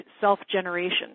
self-generation